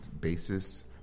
basis